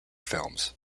films